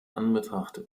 anbetracht